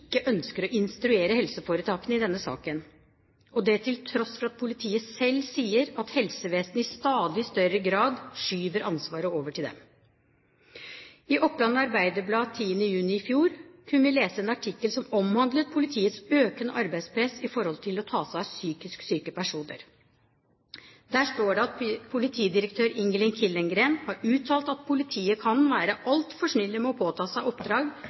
ikke ønsker å instruere helseforetakene i denne saken, og det til tross for at politiet selv sier at helsevesenet i stadig større grad skyver ansvaret over til dem. I Oppland Arbeiderblad 10. juni i fjor kunne vi lese en artikkel som omhandlet politiets økende arbeidspress i forhold til å ta seg av psykisk syke personer. Der står det at politidirektør Ingelin Killengreen har uttalt at politiet kan være altfor snille med å påta seg oppdrag